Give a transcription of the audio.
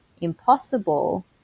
impossible